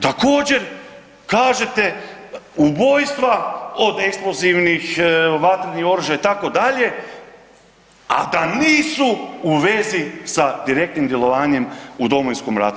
Također kažete ubojstva od eksplozivnih, vatrenih oruža itd., a da nisu u vezi sa direktnim djelovanjem u Domovinskom ratu.